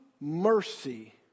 mercy